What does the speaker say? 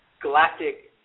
galactic